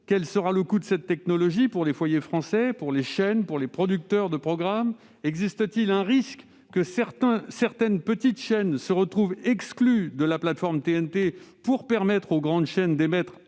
Quel sera le coût de cette technologie pour les foyers français, pour les chaînes et pour les producteurs de programmes ? Existe-t-il un risque que certaines « petites » chaînes se retrouvent exclues de la plateforme TNT pour permettre aux grandes chaînes d'émettre à